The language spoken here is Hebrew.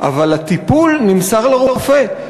אבל הטיפול נמסר לרופא,